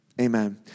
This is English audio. Amen